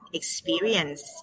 experience